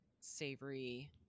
savory